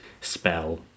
spell